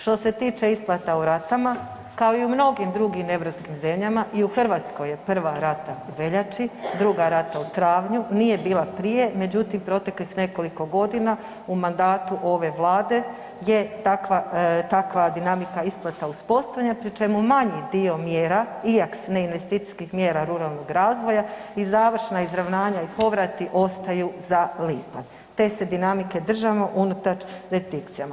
Što se tiče isplata u ratama, kao i u mnogim drugim europskim zemljama i u Hrvatskoj je prva rata u veljači, druga rata u travnju, nije bila prije međutim proteklih nekoliko godina u mandatu ove Vlade je takva dinamika isplata uspostavljena pri čemu manji dio mjera IAKS ne investicijskih mjera ruralnog razvoja i završna izravnanja i povrati ostaju za lipanj te se dinamike držimo unutar